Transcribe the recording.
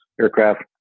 aircraft